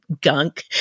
gunk